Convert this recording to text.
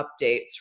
updates